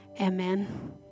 amen